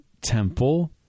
temple